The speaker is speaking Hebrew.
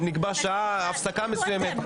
נקבע שעה, הפסקה מסוימת.